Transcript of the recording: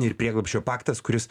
ir prieglobsčio paktas kuris